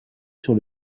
sur